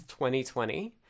2020